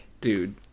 dude